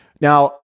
Now